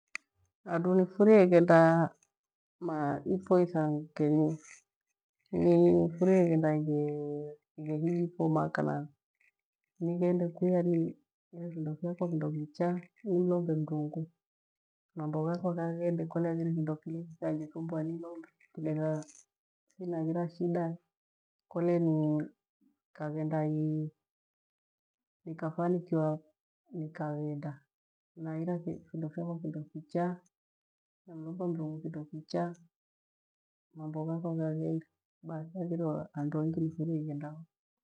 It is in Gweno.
Handu nifure ighenda ma ipho ithangenyi niliphure ighenda ighe- ighehifho makana nighende kuya niire vindo vakwa kindo kicha nimlombe Mrungu mambo ghakwa ghaghende kole haghire kindo kingi kyanjithumbua nilombe kimetha thinaghira shida kolenikeghenda ni- nikafanikiwa nikaghenda. nahira vindo vyakwa kindo kicha namlomba Mrungu kindo kicha mambo ghakwa ghaghende bathi haghilegho handu hengi nifune ighenda ho.